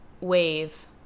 wave